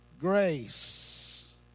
grace